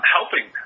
Helping